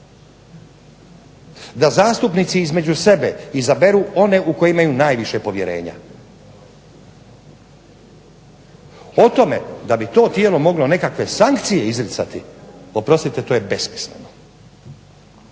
Da zastupnici između sebe izaberu one u koje imaju najviše povjerenja. O tome da bi to tijelo moglo nekakve sankcije izricati, oprostite to je besmisleno.